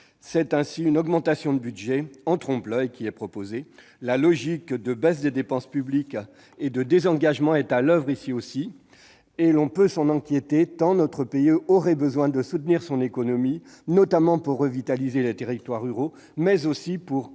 C'est ainsi une augmentation de budget en trompe-l'oeil qui est proposée. La logique de baisse des dépenses publiques et de désengagement est aussi à l'oeuvre ici. L'on peut s'en inquiéter, tant notre pays aurait besoin de soutenir son économie, notamment pour revitaliser les territoires ruraux, mais aussi pour accompagner